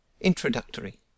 Introductory